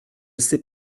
sais